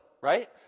right